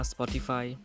Spotify